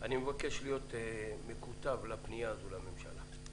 אני מבקש להיות מכותב לפנייה הזאת לממשלה.